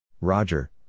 Roger